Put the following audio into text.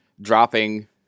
dropping